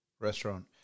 Restaurant